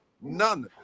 none